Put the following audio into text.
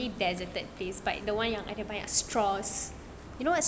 deserted place but the one yang ada banyak straws you know what straw